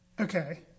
Okay